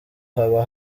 haba